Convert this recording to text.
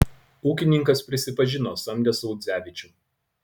ūkininkas prisipažino samdęs audzevičių